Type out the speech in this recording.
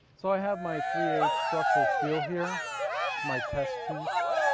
so i have my three eight structural steel here it's my test piece.